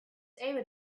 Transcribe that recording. able